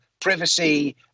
privacy